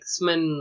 X-Men